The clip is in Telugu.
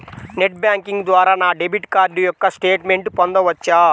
నెట్ బ్యాంకింగ్ ద్వారా నా డెబిట్ కార్డ్ యొక్క స్టేట్మెంట్ పొందవచ్చా?